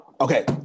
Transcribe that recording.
Okay